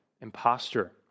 imposter